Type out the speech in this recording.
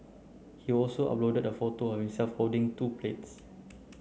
he also uploaded a photo of himself holding two plates